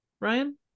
Ryan